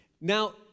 Now